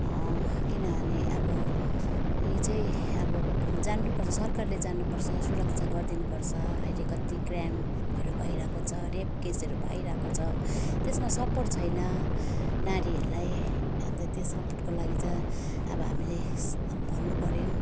किनभने अब यो चाहिँ अब जान्नुपर्छ सरकारले जान्नुपर्छ सुरक्षा गरिदिनुपर्छ अहिले कति क्राइमहरू भइरहेको छ रेप केसहरू भइरहेको छ त्यसमा सपोर्ट छैन नारीहरूलाई अन्त त्यो सपोर्टको लागि चाहिँ अब हामीले भन्नुपर्यो